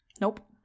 Nope